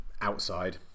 outside